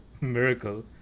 miracle